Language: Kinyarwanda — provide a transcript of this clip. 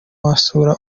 wasura